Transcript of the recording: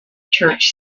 church